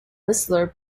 whistler